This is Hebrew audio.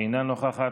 אינה נוכחת.